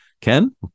Ken